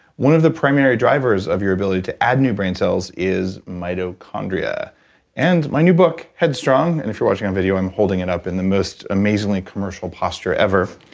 one of the primary drivers of your ability to add new brain cells is mitochondria and my new book head strong and if you're watching it on video, i'm holding it up in the most amazingly commercial posture ever,